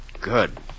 Good